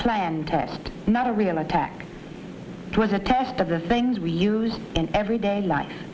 planned test not a real attack it was a test of the things we use in everyday life